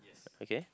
okay